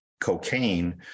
cocaine